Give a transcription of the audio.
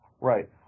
Right